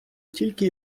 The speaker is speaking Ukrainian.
тільки